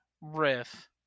riff